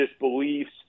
beliefs